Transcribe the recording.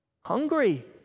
hungry